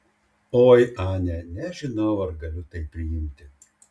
oi ane nežinau ar galiu tai priimti